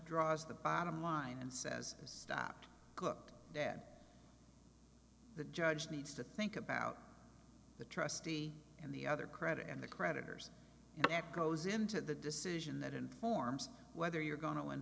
draws the bottom line and says stop cook dad the judge needs to think about the trustee and the other credit and the creditors and that goes into the decision that informs whether you're go